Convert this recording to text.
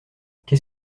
qu’est